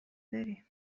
بری